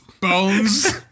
bones